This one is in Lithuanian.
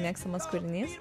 mėgstamas kūrinys